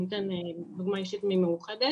אני אתן דוגמה אישית ממאוחדת,